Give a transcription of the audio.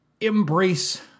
Embrace